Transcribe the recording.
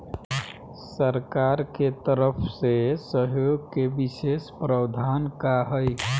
सरकार के तरफ से सहयोग के विशेष प्रावधान का हई?